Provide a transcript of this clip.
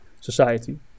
society